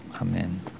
Amen